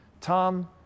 Tom